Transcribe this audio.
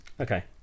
Okay